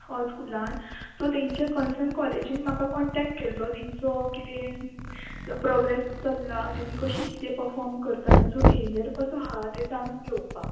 होय स्कुलान सो तेंचे कन्सन कॉलेजीन म्हाका कॉन्टेक्ट केल्लो तेंचो किदें प्रोग्रेस चल्ला तेमी कशी किदें पफोर्म करता तेंचो बिहेवियर कसो आहा तें जाणून घेवपाक